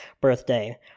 birthday